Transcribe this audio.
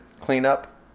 cleanup